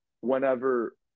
whenever